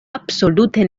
absolute